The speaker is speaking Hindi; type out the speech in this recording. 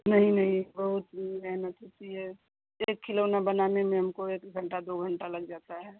नहीं नहीं बहुत मेहनत होती है एक खिलौना बनाने में हमको एक घंटा दो घंटा लग जाता है